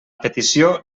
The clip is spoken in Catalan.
petició